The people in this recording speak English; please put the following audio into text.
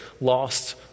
lost